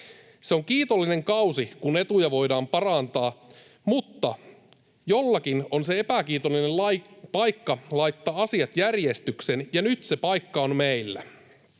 Se on kiitollinen kausi, kun etuja voidaan parantaa, mutta jollakin on se epäkiitollinen paikka laittaa asiat järjestykseen, ja nyt se paikka on meillä.